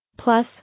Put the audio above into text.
Plus